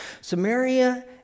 Samaria